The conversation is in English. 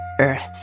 Earth